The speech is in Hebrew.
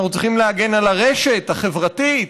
אנחנו צריכים להגן על הרשת החברתית.